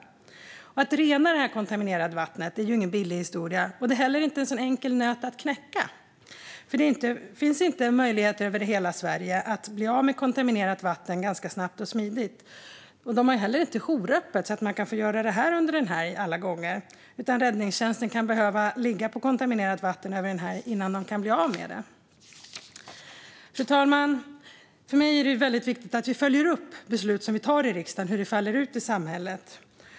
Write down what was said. Att rena detta kontaminerade vatten är ingen billig historia, och det är heller inte en särskilt enkel nöt att knäcka. Det finns nämligen inte möjligheter över hela Sverige att bli av med kontaminerat vatten snabbt och smidigt, och det är inte heller jouröppet så att man kan göra det under en helg alla gånger. Räddningstjänsten kan i stället behöva ligga på kontaminerat vatten över en helg innan de kan bli av med det. Fru talman! För mig är det väldigt viktigt att vi följer upp hur de beslut vi tar i riksdagen faller ut i samhället.